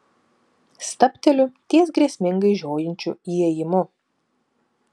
stabteliu ties grėsmingai žiojinčiu įėjimu